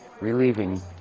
relieving